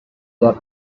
them